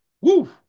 Woo